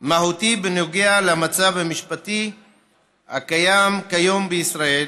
מהותי בנוגע למצב המשפטי הקיים כיום בישראל,